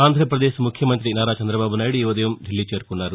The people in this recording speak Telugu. ఆంధ్రాపదేశ్ ముఖ్యమంత్రి నారా చంద్రబాబు నాయుడు ఈ ఉదయం ఢిల్లీ చేరుకున్నారు